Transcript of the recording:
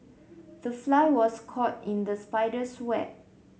the fly was caught in the spider's web